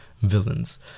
villains